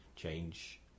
change